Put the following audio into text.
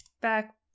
back